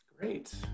Great